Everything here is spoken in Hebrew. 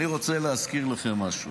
אני רוצה להזכיר לכם משהו: